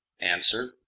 Answer